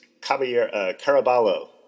Caraballo